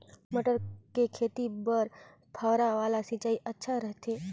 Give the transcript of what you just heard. मटर के खेती बर फव्वारा वाला सिंचाई अच्छा रथे?